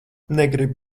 negribu